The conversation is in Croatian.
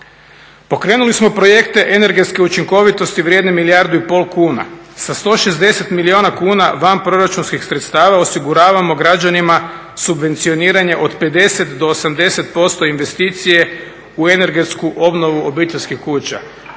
Pokrenuli smo projekte energetske učinkovitosti vrijedne milijardu i pol kuna. Sa 160 milijuna kuna vanproračunskih sredstava osiguravamo građanima subvencioniranje od 50 do 80% investicije u energetsku obnovu obiteljskih kuća.